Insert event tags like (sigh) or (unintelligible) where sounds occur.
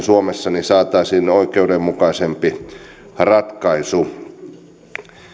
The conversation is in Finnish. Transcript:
(unintelligible) suomessa saataisiin oikeudenmukaisempi ratkaisu